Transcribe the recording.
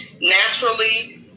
naturally